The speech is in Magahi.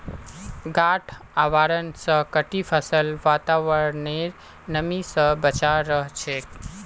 गांठ आवरण स कटी फसल वातावरनेर नमी स बचे रह छेक